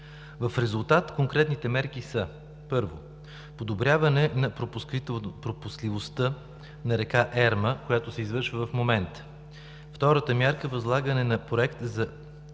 В резултат конкретните мерки са: първо – подобряване на пропускливостта на река Ерма, която се извършва в момента; втората мярка – възлагане на Проект за помпено